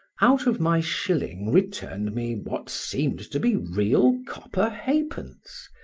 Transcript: out of my shilling returned me what seemed to be real copper halfpence,